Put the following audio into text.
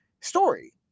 story